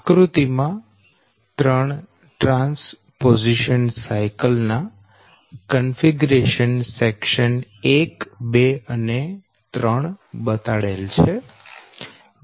આકૃતિ માં ત્રણ ટ્રાન્સપોઝીશન સાયકલ ના કન્ફિગરેશન સેકશન 1 2 અને 3 બતાડેલ છે